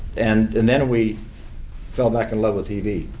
and and then, we fell back in love with tv,